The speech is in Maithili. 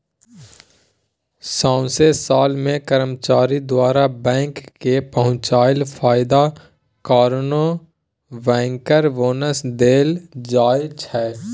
सौंसे साल मे कर्मचारी द्वारा बैंक केँ पहुँचाएल फायदा कारणेँ बैंकर बोनस देल जाइ छै